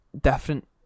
different